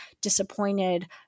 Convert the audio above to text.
disappointed